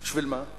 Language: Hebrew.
בשביל מה?